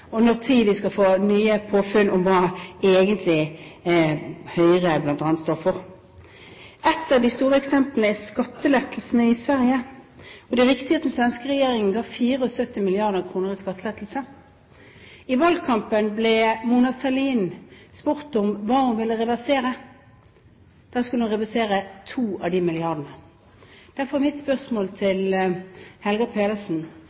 ikke når vi skal få nye påfunn om hva Høyre egentlig står for. Ett av de store eksemplene er skattelettelsene i Sverige. Det er riktig at den svenske regjeringen ga 74 mrd. kr i skattelettelse. I valgkampen ble Mona Sahlin spurt om hva hun ville reversere. Da skulle hun reversere to av de milliardene. Derfor er mitt spørsmål til Helga Pedersen: